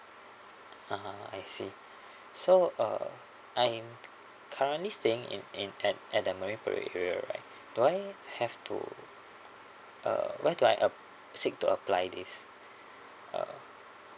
(uh huh) I see so uh I'm currently staying in in at at the marine parade area right do I have to uh where do I uh seek to apply this uh